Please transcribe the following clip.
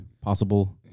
possible